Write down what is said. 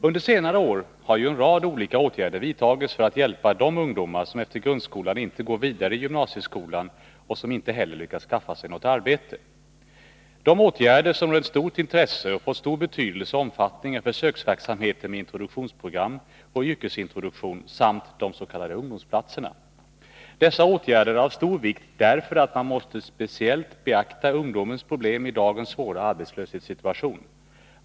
Under senare år har en rad olika åtgärder vidtagits för att hjälpa de ungdomar som efter grundskolan inte går vidare i gymnasieskolan och som inte heller lyckats skaffa sig något arbete. De åtgärder som rönt stort intresse och fått stor betydelse och omfattning är försöksverksamheten med introduktionsprogram och yrkesintroduktion samt de s.k. ungdomsplatserna. Dessa åtgärder är av stor vikt därför att man speciellt måste beakta ungdomens problem i dagens svåra arbetslöshetssituation.